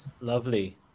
Lovely